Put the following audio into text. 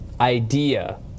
idea